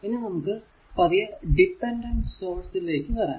ഇനി നമുക്ക് പതിയെ ഡിപെൻഡന്റ് സോഴ്സ് ലേക്ക് വരാം